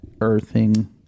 earthing